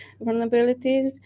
vulnerabilities